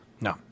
No